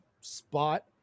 spot